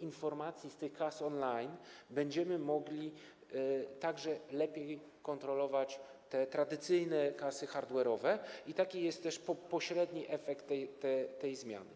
informacji z kas on-line będziemy mogli także lepiej kontrolować tradycyjne kasy hardware’owe i taki jest też pośredni efekt tej zmiany.